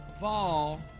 fall